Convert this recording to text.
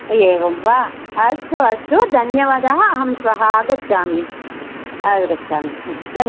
एवं वा अस्तु अस्तु धन्यवादाः अहं श्वः आगच्छामि आगच्छामि दन्